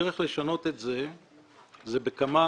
הדרך לשנות את זה היא בכמה